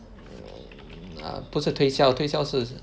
不是推销推销是